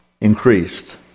increased